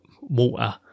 water